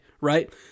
Right